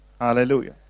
Hallelujah